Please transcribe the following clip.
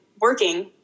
working